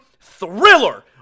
thriller